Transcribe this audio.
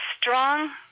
strong